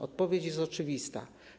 Odpowiedź jest oczywista.